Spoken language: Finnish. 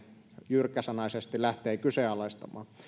jyrkkäsanaisesti lähtee kyseenalaistamaan